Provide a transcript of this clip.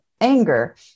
anger